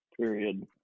Period